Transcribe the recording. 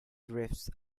drifts